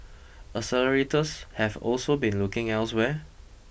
accelerators have also been looking elsewhere